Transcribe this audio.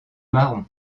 marron